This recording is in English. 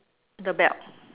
the belt